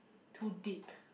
too deep